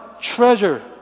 treasure